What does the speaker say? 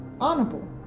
honorable